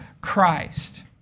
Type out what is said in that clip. Christ